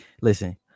Listen